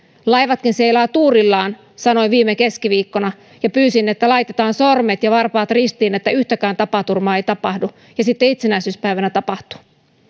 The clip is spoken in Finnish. laivatkin seilaavat tuurillaan sanoin viime keskiviikkona ja pyysin että laitetaan sormet ja varpaat ristiin että yhtäkään tapaturmaa ei tapahdu ja sitten itsenäisyyspäivänä tapahtui